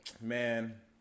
man